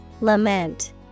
Lament